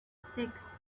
six